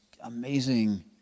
amazing